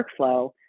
workflow